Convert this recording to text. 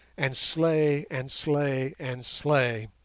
and slay, and slay, and slay'.